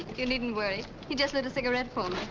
you needn't worry. he just lit a cigarette for